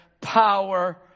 power